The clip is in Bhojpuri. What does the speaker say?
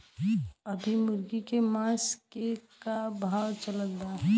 अभी मुर्गा के मांस के का भाव चलत बा?